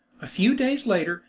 a few days later,